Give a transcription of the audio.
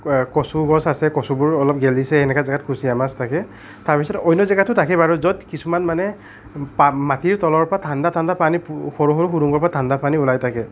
কচু গছ আছে কচুবোৰ অলপ গেলিছে এনেকুৱা জেগাত কুচীয়া মাছ থাকে তাৰপিছত অন্য জেগাতো থাকে বাৰু য'ত কিছুমান মানে মাটিৰ তলৰ পৰা ঠাণ্ডা ঠাণ্ডা পানী সৰু সৰু সুৰঙ্গৰ পৰা ঠাণ্ডা পানী ওলাই থাকে